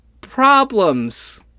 problems